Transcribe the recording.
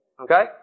Okay